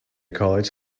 college